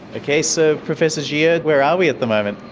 okay, so professor jia, where are we at the moment?